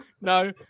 no